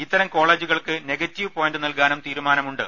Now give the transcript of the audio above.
ഇത്തരം കോളേജുകൾക്ക് negative point നൽകാനും തീരുമാനമുണ്ട്